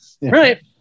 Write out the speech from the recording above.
Right